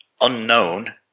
unknown